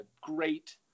great